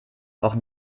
auch